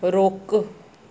रोकु